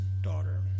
daughter